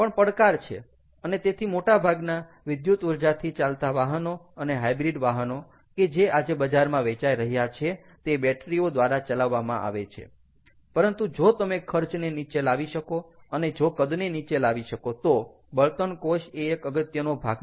પણ પડકાર છે અને તેથી મોટાભાગના વિદ્યુત ઊર્જાથી ચાલતા વાહનો અને હાઈબ્રિડ વાહનો કે જે આજે બજારમાં વેચાઈ રહ્યા છે તે બેટરી ઓ દ્વારા ચલાવવામાં આવે છે પરંતુ જો તમે ખર્ચને નીચે લાવી શકો અને જો કદને નીચે લાવી શકો તો બળતણ કોષ એ એક અગત્યનો ભાગ છે